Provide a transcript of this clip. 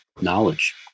knowledge